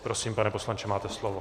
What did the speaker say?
Prosím, pane poslanče, máte slovo.